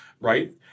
Right